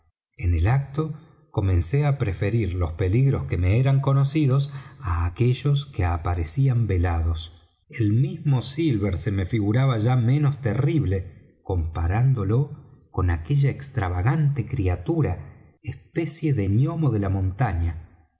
en el acto comencé á preferir los peligros que me eran conocidos á aquellos que aparecían velados el mismo silver se me figuraba ya menos terrible comparándolo con aquella extravagante criatura especie de gnomo de la montaña